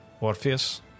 Orpheus